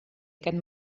aquest